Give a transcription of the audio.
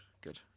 good